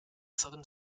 southern